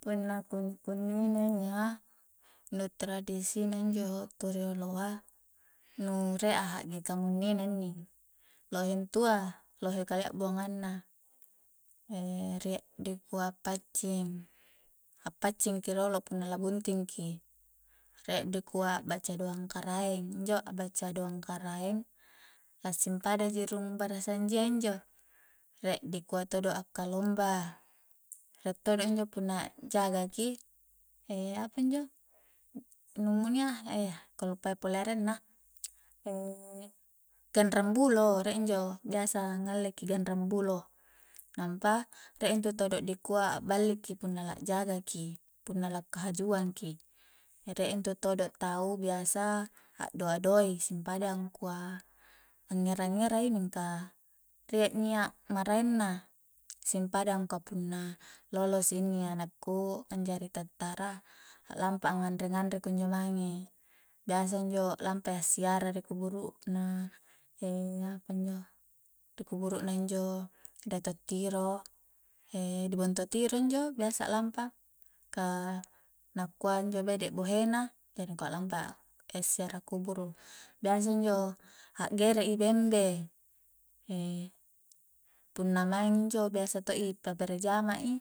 Punna kunni-kunni na iya nu tradisi na injo tu rioloa nu rie a hakge kamuninna inni lohe intua, lohe kalia buangang na rie dikua paccing, a'paccing ki rolo punna la bunting ki rie di kua baca doang karaeng injo a'baca doang karaeng la simpada ji rung barasanjia injo, rie dikua todo a'kalomba rie todo injo punna a'jaga ki apanjo nu ku kallupai pole arenna ganrang bulo rie injo biasa ngalleki ganrang bulo nampa rie intu todo' dikua a'balli ki punna la'jaga ki punna la kahajuang ki, rie intu todo tau biasa a'doa-doa i simpada angkua angngera-ngerai mingka rie nia' maraeng na simpada angkua punna loloso inni anakku anjari tantara a'lampa a nganre-nganre kunjo mange, biasa injo a'lampai assiara ri kuburu' na apanjo ri kuburu' na injo dato tiro di bonto tiro injo biasa lampa ka nakua injo bede bohe na jari angkua a'lampa siara kuburu biasa injo a'gere i bembe punna maing injo biasa to'i pabere jama' i